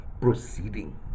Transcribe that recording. proceeding